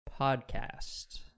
Podcast